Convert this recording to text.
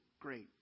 great